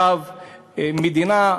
מדינה,